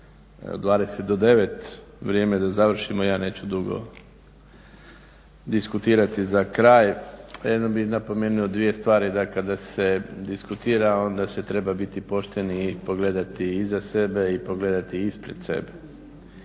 devet, vrijeme je da završimo. Ja neću dugo diskutirati za kraj. Jedino bih napomenuo dvije stvari da kada se diskutira onda se treba biti pošten i pogledati iza sebe i pogledati ispred sebe.